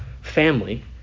family